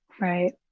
Right